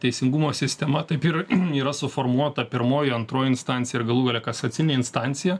teisingumo sistema taip ir yra suformuota pirmoji antroji instancija ir galų gale kasacinė instancija